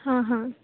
हां हां